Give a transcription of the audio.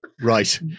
Right